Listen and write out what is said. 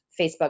Facebook